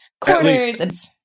quarters